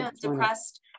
depressed